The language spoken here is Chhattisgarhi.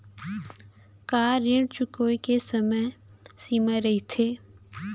का ऋण चुकोय के समय सीमा रहिथे?